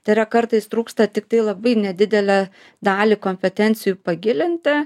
tai yra kartais trūksta tiktai labai nedidelę dalį kompetencijų pagilinti